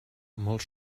molt